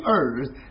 earth